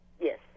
Yes